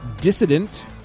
Dissident